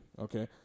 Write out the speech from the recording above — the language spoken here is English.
okay